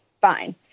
Fine